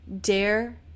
Dare